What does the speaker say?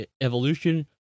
evolution